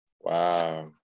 Wow